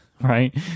right